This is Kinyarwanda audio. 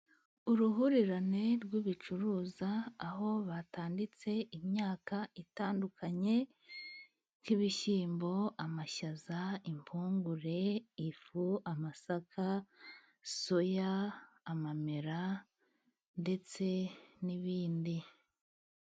Uruhurirane rw'ibicuruzwa aho batanditse imyaka itandukanye nk'ibishyimbo, amashaza, impungure, ifu, amasaka, soya, amamera ndetse n'ibindi.